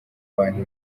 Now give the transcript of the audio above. abantu